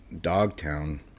Dogtown